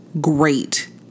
great